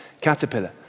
caterpillar